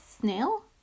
snail